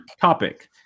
topic